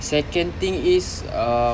second thing is uh